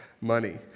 money